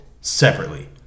separately